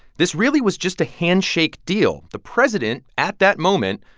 this really was just a handshake deal. the president, at that moment,